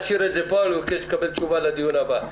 נשאיר את זה כאן ואני מבקש לקבל תשובה לדיון הבא.